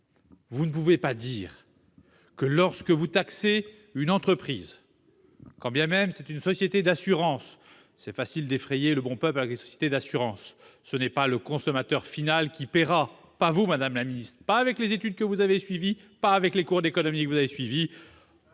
Vous ne pouvez pas dire que, lorsque vous taxez une entreprise, quand bien même il s'agit d'une société d'assurance- il est facile d'effrayer le bon peuple avec les sociétés d'assurance !-, ce n'est pas le consommateur final qui paiera ! Pas vous, madame la secrétaire d'État, pas avec les études que vous avez suivies, pas avec les cours d'économie que vous avez suivis